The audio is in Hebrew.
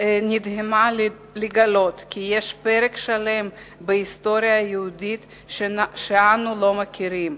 נדהמה לגלות כי יש פרק שלם בהיסטוריה היהודית שאנו לא מכירים,